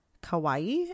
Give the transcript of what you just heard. Kauai